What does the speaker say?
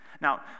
Now